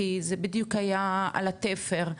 כי זה בדיוק היה על התפר,